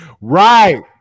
right